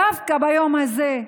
דווקא ביום הזה,